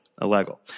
Illegal